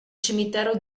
cimitero